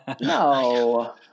No